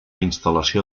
instal·lació